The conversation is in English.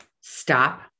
stop